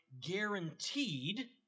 guaranteed